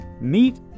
meet